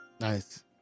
Nice